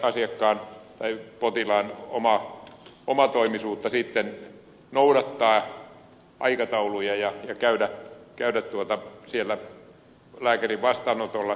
se on potilaan omatoimisuutta sitten noudattaa aikatauluja ja käydä lääkärin vastaanotolla